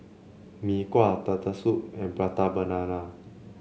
Mee Kuah Turtle Soup and Prata Banana